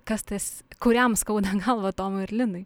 kas tas kuriam skauda galvą tomui ar linui